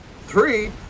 Three